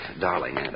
Darling